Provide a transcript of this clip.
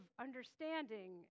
understanding